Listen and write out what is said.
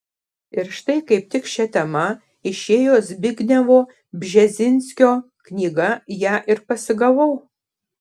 ir štai kaip tik šia tema išėjo zbignevo bžezinskio knyga ją ir pasigavau